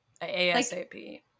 ASAP